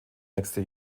nächste